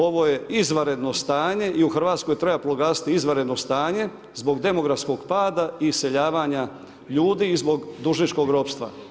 Ovo je izvanredno stanje i u Hrvatskoj treba proglasiti izvanredno stanje zbog demografskog pada i iseljavanja ljudi i zbog dužničkog ropstva.